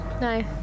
No